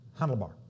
handlebar